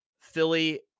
Philly